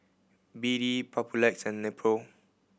B D Papulex and Nepro